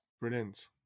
Brilliant